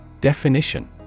Definition